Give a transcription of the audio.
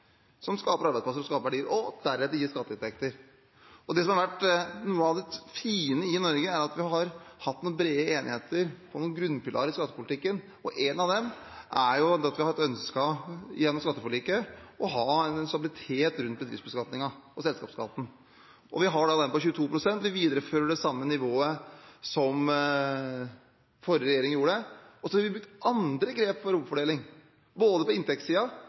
som skaper arbeidsplasser og verdier, og deretter gir skatteinntekter. Det som har vært noe av det fine i Norge, er at vi har hatt bred enighet om noen grunnpilarer i skattepolitikken, og en av dem er at vi har ønsket gjennom skatteforliket å ha en stabilitet rundt bedriftsbeskatningen og selskapsskatten. Den er da på 22 pst. Vi viderefører det samme nivået som forrige regjering gjorde. Så har vi brukt andre grep for omfordeling, bl.a. på